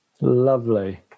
Lovely